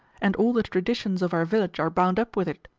and all the traditions of our village are bound up with it.